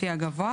לפי הגבוה,